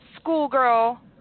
schoolgirl